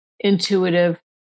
intuitive